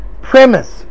premise